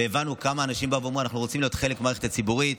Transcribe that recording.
והבנו כמה אנשים באו ואמרו שהם רוצים להיות חלק מהמערכת הציבורית.